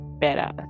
better